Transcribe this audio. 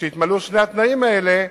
כשיתמלאו שני התנאים האלה,